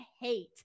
hate